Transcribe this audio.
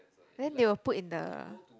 then they will put in the